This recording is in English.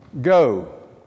go